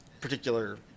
particular